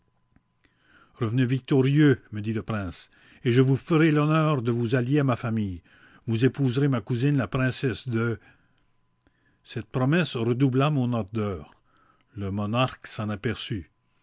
revenez victorieux me dit le prince et je vous ferai l'honneur de vous allier à ma famille vous épouserez ma cousine la princesse de cette promesse redoubla mon ardeur le monarque s'en apperçut